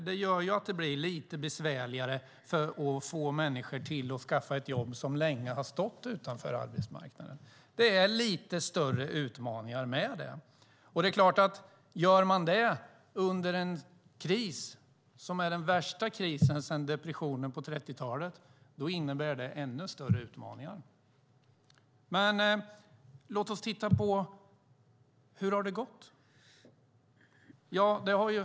Det gör att det blir lite besvärligare att få människor som har stått länge utanför arbetsmarknaden i jobb. Det är lite större utmaningar med det. Gör man dessutom detta under en kris som är den värsta sedan depressionen på 30-talet innebär det ännu större utmaningar. Hur har det då gått?